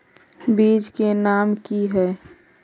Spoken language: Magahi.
बीज के नाम की है?